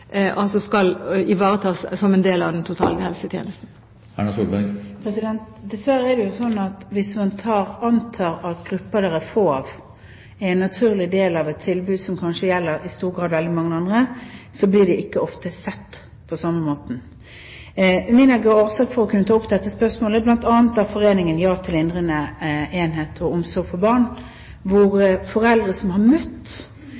Dessverre er det jo slik at hvis man antar at grupper det er få i, er en naturlig del av et tilbud som i stor grad kanskje gjelder veldig mange andre, blir de ofte ikke sett på samme måten. Min begrunnelse for å ta opp dette spørsmålet er bl.a. foreningen JA til lindrende enhet og omsorg for barn, hvor foreldre som har møtt